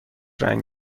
رنگ